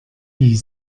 wie